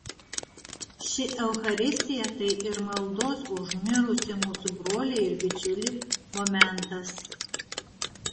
ši eucharistija tai ir maldos už mirusį mūsų brolį ir bičiulį momentas